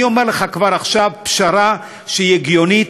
אני אומר לך כבר עכשיו פשרה שהיא הגיונית,